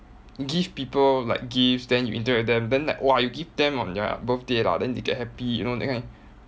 give people like gifts then you interact with them then like !wah! you give them on their birthday lah then they get happy you know that kind